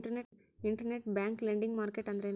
Internet bank lending market ಅಂದ್ರೇನು?